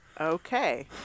Okay